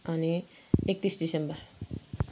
अनि एक्तिस दिसम्बर